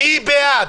מי בעד?